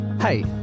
Hey